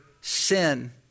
sin